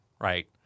Right